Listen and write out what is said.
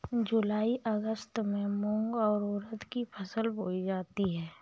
जूलाई अगस्त में मूंग और उर्द की फसल बोई जाती है